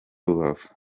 rubavu